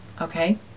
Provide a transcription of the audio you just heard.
okay